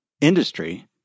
industry